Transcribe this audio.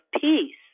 peace